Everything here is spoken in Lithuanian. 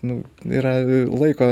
nu yra laiko